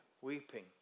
weeping